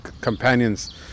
companions